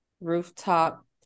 rooftop